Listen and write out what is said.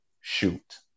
shoot